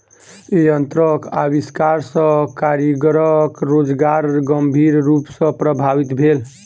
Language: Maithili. यंत्रक आविष्कार सॅ कारीगरक रोजगार गंभीर रूप सॅ प्रभावित भेल